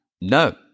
no